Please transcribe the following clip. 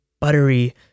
buttery